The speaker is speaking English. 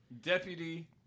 Deputy